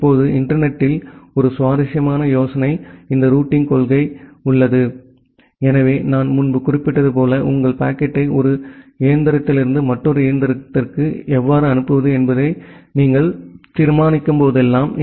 இப்போது இன்டர்நெட் த்தில் ஒரு சுவாரஸ்யமான யோசனை இந்த ரூட்டிங் கொள்கை எனவே நான் முன்பு குறிப்பிட்டது போல உங்கள் பாக்கெட்டை ஒரு இயந்திரத்திலிருந்து மற்றொரு இயந்திரத்திற்கு எவ்வாறு அனுப்புவது என்பது பற்றி நீங்கள் தீர்மானிக்கும்போதெல்லாம்